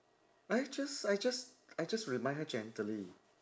I just I just I just remind her gently